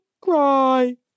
cry